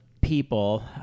people